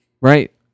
Right